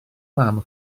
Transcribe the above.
mam